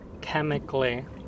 chemically